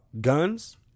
guns